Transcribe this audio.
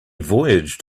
voyaged